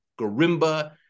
Garimba